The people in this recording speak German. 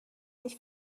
nicht